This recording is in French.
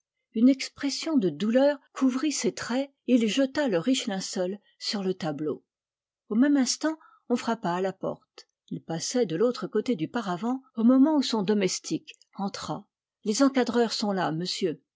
une expression de douleur couvrit ses traits et il jeta le riche linceul sur le tableau au même instant on frappa à la porte il passait de l'autre côté du paravent au moment où son domestique entra les encadreurs sont là monsieur